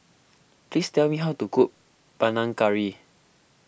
please tell me how to cook Panang Curry